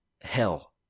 hell